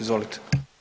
Izvolite.